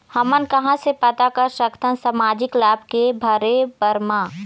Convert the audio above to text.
हमन कहां से पता कर सकथन सामाजिक लाभ के भरे बर मा?